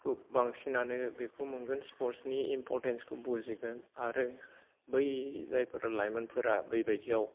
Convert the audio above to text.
बांसिनानो बेखौ मोनगोन स्पर्टसनि इमपरटेन्सखौ बुजिगोन आरो बै जायफोर लाइमोनफोरा बै बादियाव